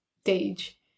stage